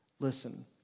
Listen